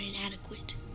inadequate